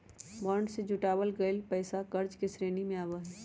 bond से जुटावल गइल पैसा कर्ज के श्रेणी में आवा हई